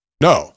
No